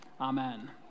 Amen